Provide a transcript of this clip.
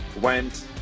went